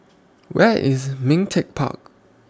Where IS Ming Teck Park